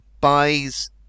buys